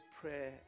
prayer